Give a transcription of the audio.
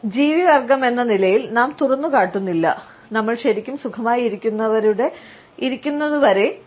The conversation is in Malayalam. ഒരു ജീവിവർഗമെന്ന നിലയിൽ നാം തുറന്നുകാട്ടുന്നില്ല നമ്മൾ ശരിക്കും സുഖമായിഇരിക്കുന്നതുവരെ